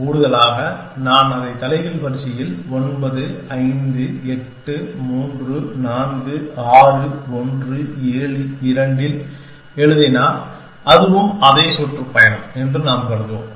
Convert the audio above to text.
கூடுதலாக நான் அதை தலைகீழ் வரிசையில் 9 5 8 3 4 6 1 7 2 இல் எழுதினால் அதுவும் அதே சுற்றுப்பயணம் என்று நாம் கருதுவோம்